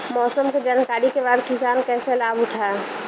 मौसम के जानकरी के बाद किसान कैसे लाभ उठाएं?